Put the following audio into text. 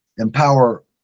Empower